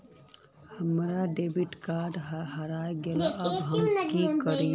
हमर debit card हरा गेले अब हम की करिये?